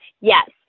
Yes